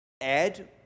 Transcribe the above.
add